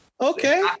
Okay